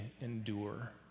endure